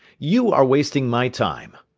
you are wasting my time,